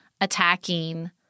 attacking